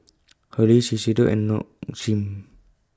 Hurley Shiseido and Nong Shim